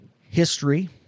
history